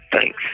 Thanks